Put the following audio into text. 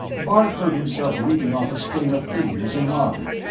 bart heard himself reading off a string of figures in lhari.